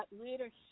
leadership